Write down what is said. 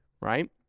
right